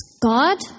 God